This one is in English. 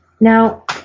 Now